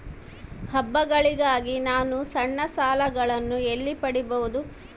ಹಬ್ಬಗಳಿಗಾಗಿ ನಾನು ಸಣ್ಣ ಸಾಲಗಳನ್ನು ಎಲ್ಲಿ ಪಡಿಬಹುದು?